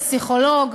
פסיכולוג,